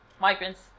migrants